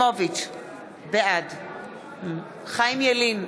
בעד חיים ילין,